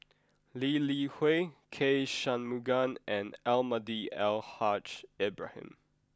Lee Li Hui K Shanmugam and Almahdi Al Haj Ibrahim